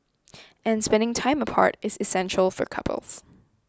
and spending time apart is essential for couples